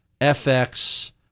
FX